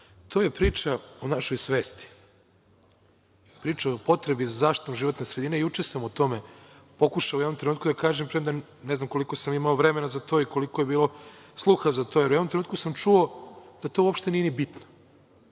to je priča o našoj svesti, priča o potrebi za zaštitom životne sredine. Juče sam o tome pokušao u jednom trenutku da kažem, premda ne znam koliko sam imao vremena za to i koliko je bilo sluha za to… U jednom trenutku sam čuo da uopšte nisu ni bitne